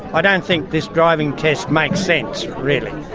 i don't think this driving test makes sense really.